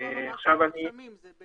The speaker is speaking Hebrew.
לא